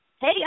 hey